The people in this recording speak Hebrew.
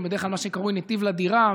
בדרך כלל מה שקרוי "נתיב לדירה",